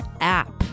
app